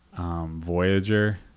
Voyager